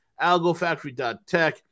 algofactory.tech